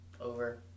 over